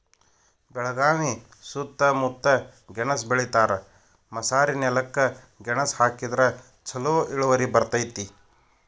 ಬೆಳಗಾವಿ ಸೂತ್ತಮುತ್ತ ಗೆಣಸ್ ಬೆಳಿತಾರ, ಮಸಾರಿನೆಲಕ್ಕ ಗೆಣಸ ಹಾಕಿದ್ರ ಛಲೋ ಇಳುವರಿ ಬರ್ತೈತಿ